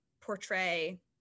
portray